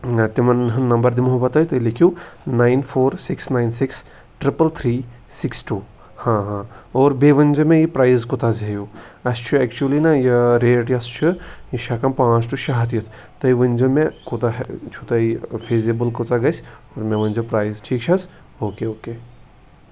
نہَ تِمَن ہُنٛد نَمبَر دِمہو بہٕ تۅہہِ تُہۍ لیٖکھِو nine four six nine six triple three six two ہاں ہاں اور بیٚیہِ ؤنؠ زیٚو مےٚ یہِ پرایِز کوٗتاہ حظ ہیٚیِو اَسہِ چھُ اؠکچُؤلی نا یہِ ریٹ یۅس چھِ یہِ چھِ ہؠکن پانٛژھ ٹُو شےٚ ہَتھ یِتھ تُہۍ ؤنۍزیٚو مےٚ کوتاہ چھُو تۅہہِ فیٖزِیبُل کوتاہ گَژھِ مےٚ ؤنۍ زیٚو پرایِز ٹھیٖک چھا حظ او کے او کے